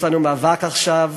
יש לנו מאבק עכשיו: